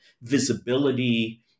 visibility